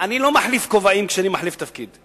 אני לא מחליף כובעים כשאני מחליף תפקיד.